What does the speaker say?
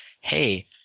hey